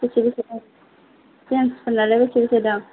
बेसे बेसे दं जेन्सफोरनालाय बेसे बेसे दं